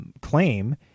claim